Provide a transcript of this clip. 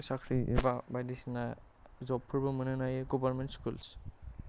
साख्रि एबा बायदिसिना जबफोरबो मोनहोनो हायो गभर्नमेन्ट स्कुल्स